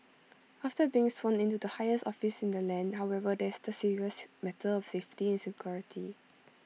after being sworn in to the highest office in the land however there's the serious matter of safety and security